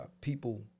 people